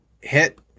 hit